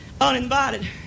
Uninvited